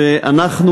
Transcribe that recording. ואנחנו,